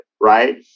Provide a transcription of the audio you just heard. Right